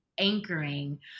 anchoring